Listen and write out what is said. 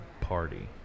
Party